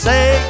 Say